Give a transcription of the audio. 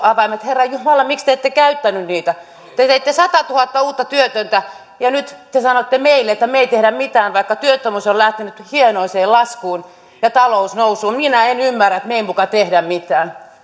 avaimet herranjumala miksi te ette käyttäneet niitä te teitte satatuhatta uutta työtöntä ja nyt te sanotte meille että me emme tee mitään vaikka työttömyys on lähtenyt hienoiseen laskuun ja talous nousuun minä en ymmärrä sitä että me emme muka tee mitään